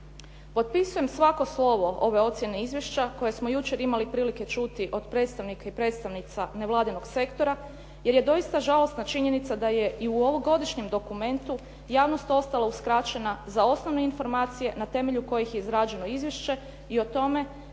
Potpisujem svako slovo ove ocjene izvješća koje smo jučer imali prilike čuti od predstavnika i predstavnika nevladinog sektora, jer je doista žalosna činjenica da je i u ovogodišnjem dokumentu javnost ostala uskraćena za osnovne informacije na temelju kojih je izrađeno izvješće i o tome